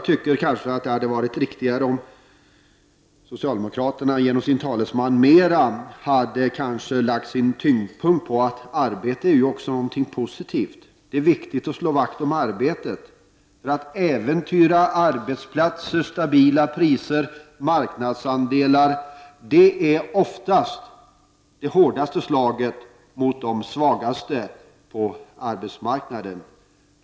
Det hade varit riktigare om socialdemokraterna genom sin talesman mera hade lagt tyngdpunkten på att arbete också är någonting positivt, att det är viktigt att slå vakt om arbetet. Att äventyra arbetsplatser, stabila priser och marknadsandelar är oftast det hårdaste slaget mot de svagaste på arbetsmarknaden.